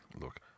look